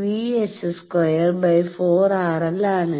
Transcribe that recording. Vₛ²4 RL ആണ്